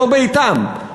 לא ביתם.